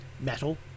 metal